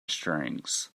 strengths